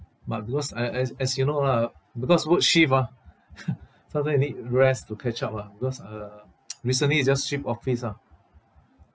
but because I as as you know lah because work shift ah so I need rest to catch up lah because uh recently just shift office ah